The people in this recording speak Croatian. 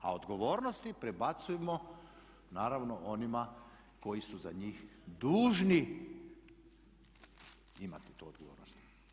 A odgovornosti prebacujmo naravno onima koji su za njih dužni imati tu odgovornost.